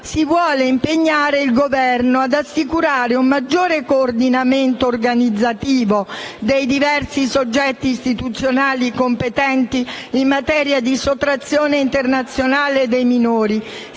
si vuole impegnare il Governo ad assicurare un maggiore coordinamento organizzativo dei diversi soggetti istituzionali competenti in materia di sottrazione internazionale dei minori